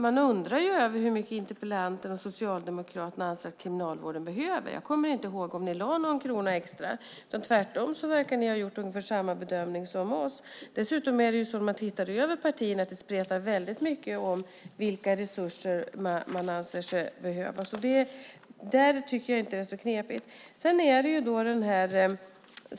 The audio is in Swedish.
Man undrar över hur mycket interpellanten och Socialdemokraterna anser att Kriminalvården behöver. Jag kommer inte ihåg att ni lade någon krona extra. Tvärtom verkar ni har gjort ungefär samma bedömning som vi. Dessutom spretar det mycket mellan partierna när det gäller de resurser man anser behövs.